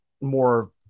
more